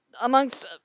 amongst